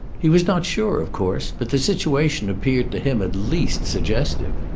he was not sure, of course, but the situation appeared to him at least suggestive.